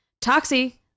Toxie